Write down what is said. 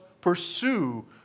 pursue